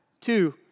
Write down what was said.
Two